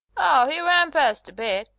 oh, he rumpussed a bit.